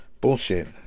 bullshit